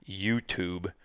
YouTube